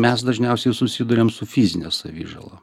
mes dažniausiai susiduriam su fizine savižala